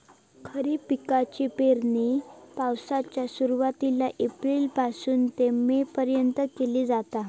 खरीप पिकाची पेरणी पावसाळ्याच्या सुरुवातीला एप्रिल पासून ते मे पर्यंत केली जाता